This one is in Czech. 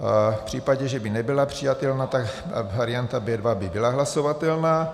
V případě, že by nebyla přijata, tak varianta B2 by byla hlasovatelná.